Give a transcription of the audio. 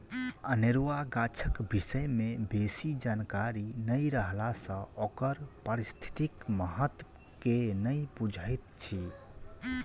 अनेरुआ गाछक विषय मे बेसी जानकारी नै रहला सँ ओकर पारिस्थितिक महत्व के नै बुझैत छी